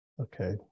Okay